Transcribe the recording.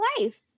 life